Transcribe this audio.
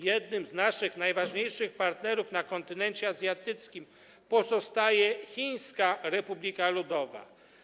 Jednym z naszych najważniejszych partnerów na kontynencie azjatyckim pozostaje Chińska Republika Ludowa.